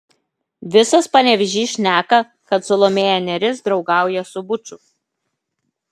visas panevėžys šneka kad salomėja nėris draugauja su buču